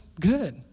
good